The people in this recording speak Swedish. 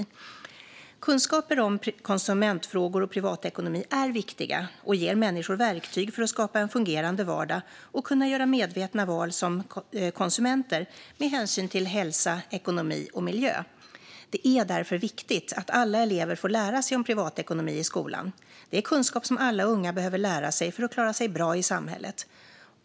Kunskaper om konsumentfrågor och privatekonomi är viktiga och ger människor verktyg för att skapa en fungerande vardag och kunna göra medvetna val som konsumenter med hänsyn till hälsa, ekonomi och miljö. Det är därför viktigt att alla elever får lära sig om privatekonomi i skolan. Det är kunskap som alla unga behöver för att klara sig bra i samhället.